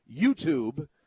YouTube